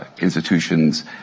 institutions